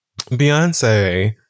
Beyonce